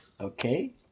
Okay